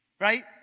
Right